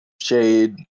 Shade